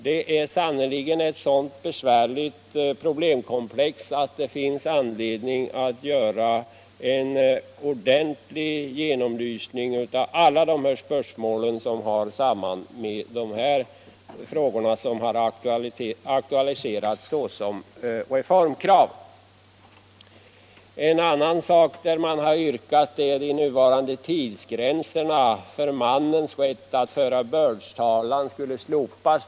Detta är sannerligen ett sådant besvärligt problemkomplex att det finns anledning att göra en ordentlig genomlysning av alla de spörsmål som hör samman med de reformkrav som har aktualiserats. Andra yrkanden som har framställts går ut på att tidsgränserna för mannens rätt att föra bördstalan skulle slopas.